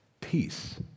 Peace